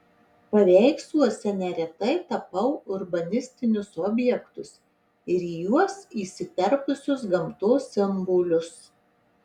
paveiksluose neretai tapau urbanistinius objektus ir į juos įsiterpusius gamtos simbolius